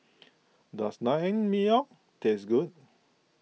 does Naengmyeon taste good